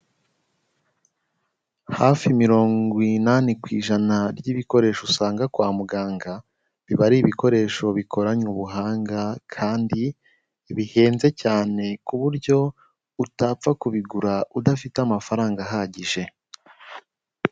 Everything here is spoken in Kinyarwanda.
Hafi mirongo inani ku ijana ry'ibikoresho usanga kwa muganga, biba ari ibikoresho bikoranye ubuhanga kandi bihenze cyane, ku buryo utapfa kubigura udafite amafaranga ahagije.